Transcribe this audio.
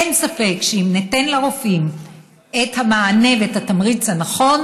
אין ספק שאם ניתן לרופאים את המענה ואת התמריץ הנכון,